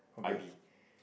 I B